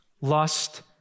lust